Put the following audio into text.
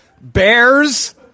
Bears